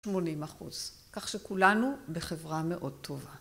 80 אחוז. כך שכולנו בחברה מאוד טובה.